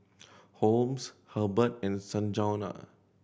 Holmes Herbert and Sanjuana